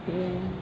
mm